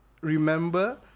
remember